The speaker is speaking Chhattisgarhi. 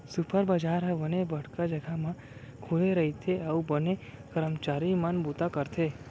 सुपर बजार ह बने बड़का जघा म खुले रइथे अउ बने करमचारी मन बूता करथे